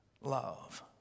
love